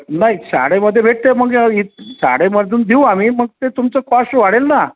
नाही शाळेमध्ये भेटते मग इ शाळेमधून देऊ आम्ही मग ते तुमचं कोस्ट वाढेल ना